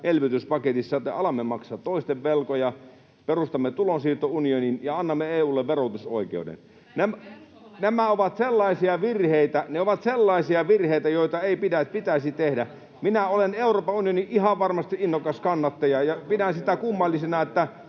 elvytyspaketissa sen, että alamme maksaa toisten velkoja, perustamme tulonsiirtounionin ja annamme EU:lle verotusoikeuden. Ne ovat sellaisia virheitä, joita ei pitäisi tehdä. Minä olen ihan varmasti Euroopan unionin innokas kannattaja ja pidän sitä kummallisena, että